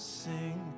sing